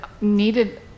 needed